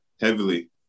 heavily